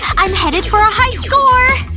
i'm headed for a high score!